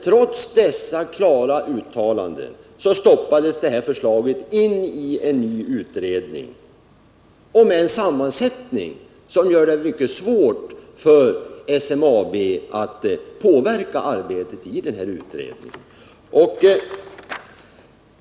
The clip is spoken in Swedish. Trots dessa klara uttalanden stoppades förslaget in i en utredning, som har en sammansättning som gör det mycket svårt för SMAB att påverka arbetet i utredningen.